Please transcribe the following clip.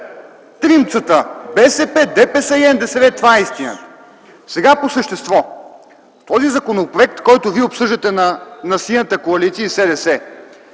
Тримцата – БСП, ДПС и НДСВ. Това е истината. Сега по същество. Този законопроект, който вие обсъждате - на Синята коалиция и СДС,